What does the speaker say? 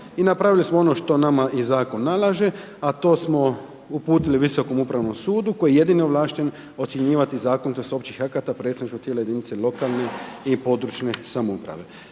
i napravili smo ono što nama i zakon nalaže, a to smo uputili Visokom upravnom sudu koji je jedini ovlašten ocjenjivati zakonitost općih akata predstavničkog tijela jedinice lokalnih i područne samouprave.